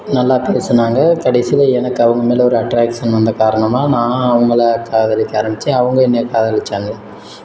நல்லா பேசினாங்க கடைசியில் எனக்கு அவங்க மேலே ஒரு அட்ராக்சன் வந்த காரணமாக நான் அவங்கள காதலிக்க ஆரம்பித்து அவங்க என்னை காதலித்தாங்க